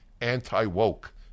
anti-woke